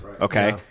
Okay